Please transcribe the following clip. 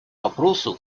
вопросу